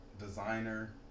Designer